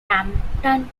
rampant